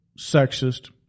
sexist